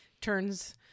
turns